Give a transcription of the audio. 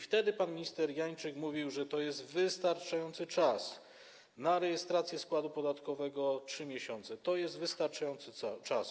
Wtedy pan minister Janczyk mówił, że to jest wystarczający czas na rejestrację składu podatkowego, że 3 miesiące to jest wystarczający czas.